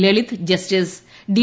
Lalit justice D